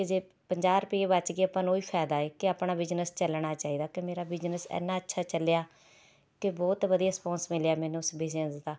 ਕਿ ਜੇ ਪੰਜਾਹ ਰੁਪਈਏ ਬਚ ਗਏ ਆਪਾਂ ਨੂੰ ਉਹ ਵੀ ਫਾਇਦਾ ਹੈ ਕਿ ਆਪਣਾ ਬਿਜ਼ਨਸ ਚੱਲਣਾ ਚਾਹੀਦਾ ਕਿ ਮੇਰਾ ਬਿਜ਼ਨਸ ਇੰਨਾ ਅੱਛਾ ਚੱਲਿਆ ਕਿ ਬਹੁਤ ਵਧੀਆ ਰਿਸਪਾਂਸ ਮਿਲਿਆ ਮੈਨੂੰ ਉਸ ਬਿਜ਼ਨਸ ਦਾ